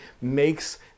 makes